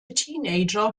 teenager